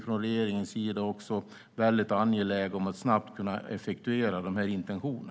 Från regeringens sida är vi också angelägna om att snabbt kunna effektuera de här intentionerna.